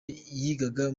yigaga